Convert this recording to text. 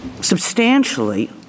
substantially